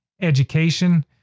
education